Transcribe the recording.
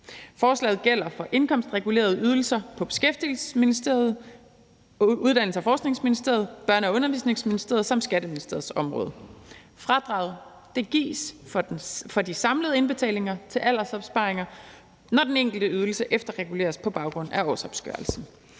Forslaget gælder for indkomstregulerede ydelser på Beskæftigelsesministeriets, Uddannelses- og Forskningsministeriets, Børne- og Undervisningsministeriets samt Skatteministeriets områder. Fradraget gives for de samlede indbetalinger til aldersopsparinger, når den enkelte ydelse efterreguleres på baggrund af årsopgørelsen.